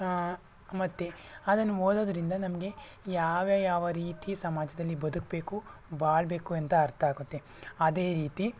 ಮತ್ತು ಅದನ್ನು ಓದೋದ್ರಿಂದ ನಮಗೆ ಯಾವ ಯಾವ ರೀತಿ ಸಮಾಜದಲ್ಲಿ ಬದುಕಬೇಕು ಬಾಳಬೇಕು ಅಂತ ಅರ್ಥ ಆಗುತ್ತೆ ಅದೇ ರೀತಿ